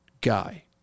guy